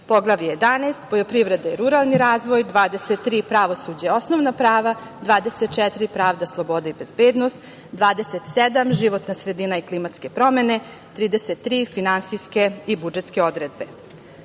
Poglavlje 11. poljoprivreda i ruralni razvoj 23. pravosuđe, osnovna prava 24. pravda slobode i bezbednost, 27. životna sredina i klimatske promene, 33. finansijske i budžetske odredbe. Što